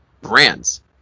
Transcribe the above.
brands